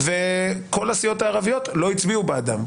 וכל הסיעות הערביות לא הצביעו בעדם.